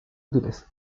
útiles